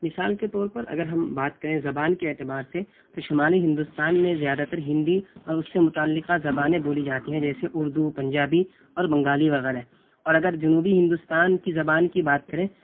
مثال کے طور پر اگر ہم بات کریں زبان کے اعتبار سے تو شمالی ہندوستان میں زیادہ تر ہندی اور اس سے متعلقہ زبانیں بولی جاتی ہیں جیسے اردو پنجابی اور بنگالی وغیرہ اور اگر جنوبی ہندوستان کی زبان کی بات کریں